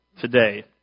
today